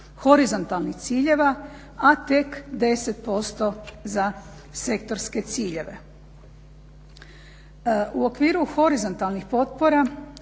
horizontalnih ciljeva, a tek 10% za sektorske ciljeve. U okviru horizontalnih potpora